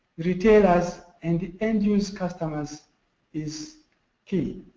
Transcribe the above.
retailers, and the end use customers is key.